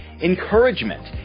Encouragement